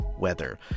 weather